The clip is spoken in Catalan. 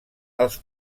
als